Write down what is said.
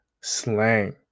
slang